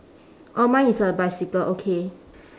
oh mine is a bicycle okay